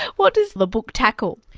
what does the book tackle?